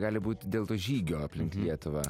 gali būt dėl to žygio aplink lietuvą